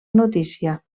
notícia